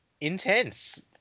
intense